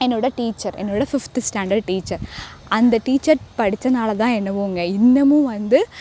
என்னோடய டீச்சர் என்னோடய fifth standard teacher அந்த டீச்சர் படிச்சதால தான் என்னவோ அங்கே இன்னமும் வந்து